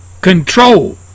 Control